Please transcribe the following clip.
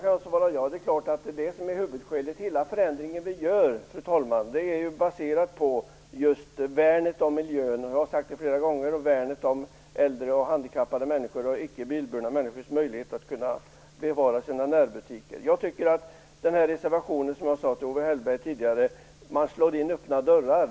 Fru talman! Det är klart att dessa skäl är huvudskälen. Hela den förändring som vi gör, fru talman, är ju baserad på just värnandet om miljön - jag har sagt det flera gånger - och värnandet om handikappade och icke bilburna människors möjlighet att bevara sina närbutiker. Jag tycker att man med den här reservationen, som jag sade till Owe Hellberg tidigare, slår in öppna dörrar.